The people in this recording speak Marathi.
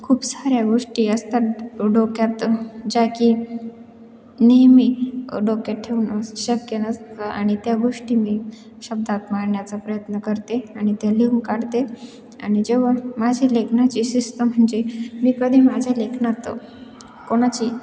खूप साऱ्या गोष्टी असतात डोक्यात ज्या की नेहमी डोक्यात ठेवणं शक्य नसतं आणि त्या गोष्टी मी शब्दात मांडण्याचा प्रयत्न करते आणि ते लिहून काढते आणि जेव्हा माझी लेखनाची शिस्त म्हणजे मी कधी माझ्या लेखनात कोणाची